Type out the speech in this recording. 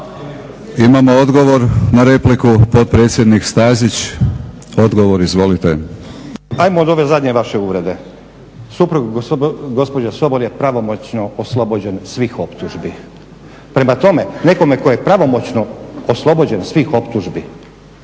Imamo odgovor na repliku potpredsjednik Stazić. Odgovor, izvolite. **Stazić, Nenad (SDP)** Ajmo od ove zadnje vaše uredbe. Suprug gospođe Sobol je pravomoćno oslobođen svih optužbi. Prema tome nekome tko je pravomoćno oslobođen svih optužbi